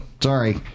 Sorry